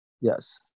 Yes